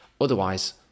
Otherwise